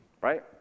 right